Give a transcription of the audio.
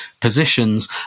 positions